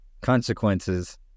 consequences